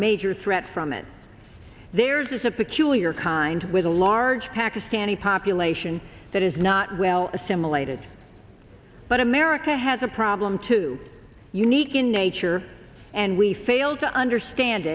major threat from it there's a peculiar kind with a large pakistani population that is not well assimilated but america has a problem too unique in nature and we fail to understand